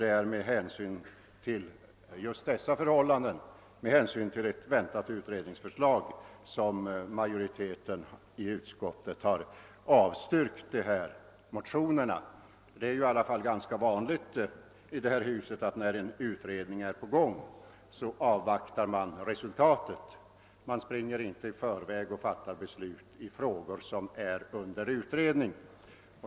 Det är också med hänsyn till ett väntat utredningsförslag som vi inom utskottsmajoriteten har avstyrkt motionerna. I detta hus är det ju vanligt att man avvaktar resultatet av en pågående utredning — man springer inte i förväg och fattar beslut i frågor som är under utredning.